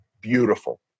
Beautiful